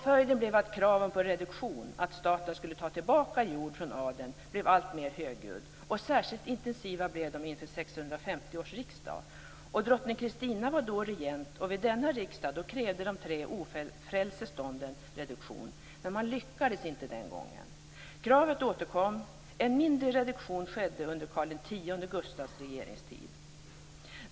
Följden blev att kraven på reduktion, att staten skulle ta tillbaka jord från adeln, blev alltmer högljudda. Särskilt intensiva blev de inför 1650 års riksdag. Drottning Kristina var då regent. Vid denna riksdag krävde de tre ofrälse stånden reduktion, men man lyckades inte den gången. Kravet återkom. En mindre reduktion skedde under Karl X Gustavs regeringstid.